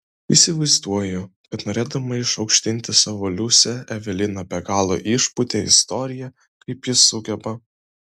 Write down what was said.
įsivaizduoju kad norėdama išaukštinti savo liusę evelina be galo išpūtė istoriją kaip ji sugeba